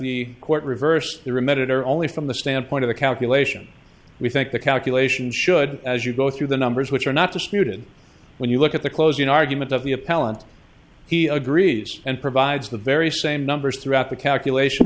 the court reverse the remitted or only from the standpoint of the calculation we think the calculation should as you go through the numbers which are not disputed when you look at the closing argument of the appellant he agrees and provides the very same numbers throughout the calculation